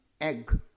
egg